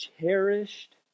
cherished